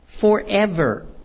forever